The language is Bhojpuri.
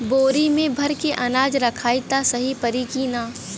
बोरी में भर के अनाज रखायी त सही परी की ना?